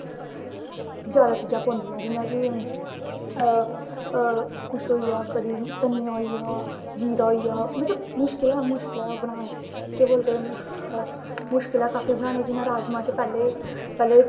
जैदा चीजां पौंदियां जियां कि कुछ होइया तनिया होइया जीरा होइया मतलब मुश्कलें मुश्कल ऐ बनाना केह् बोलदे मुश्कल ऐ काफी बनाने च जियां राजमां च पैह्ले पैह्ले